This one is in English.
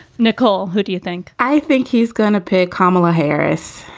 nicolle, who do you think? i think he's going to pick kamala harris.